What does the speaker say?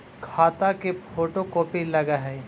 खाता के photocopy लगहै?